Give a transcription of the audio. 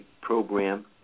program